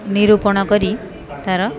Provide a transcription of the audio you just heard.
ନିରୂପଣ କରି ତାର